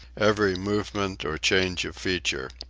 every movement or change of feature.